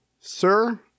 Sir